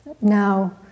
now